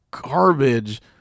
garbage